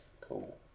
Cool